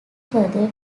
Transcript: further